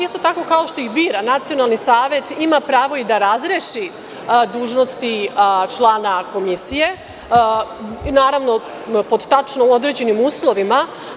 Isto tako, kao što ih bira, Nacionalni savet ima pravo i da razreši dužnosti člana komisije, naravno pod tačno određenim uslovima.